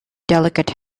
delicate